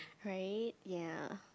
right ya